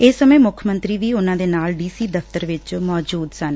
ਇਸ ਸਮੇਂ ਮੁੱਖ ਮੰਤਰੀ ਵੀ ਉਨ੍ਹਾਂ ਦੇ ਨਾਲ ਡੀ ਸੀ ਦਫ਼ਤਰ ਚ ਮੌਜੁਦ ਸਨ